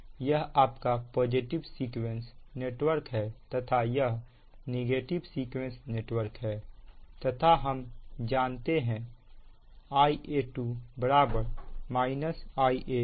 यह आपका positive sequence network है तथा यह नेगेटिव सीक्वेंस नेटवर्क है तथा हम जानते हैं Ia2 Ia2 है